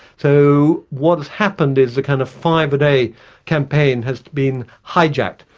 so what has happened is the kind of five-a-day campaign has been hijacked,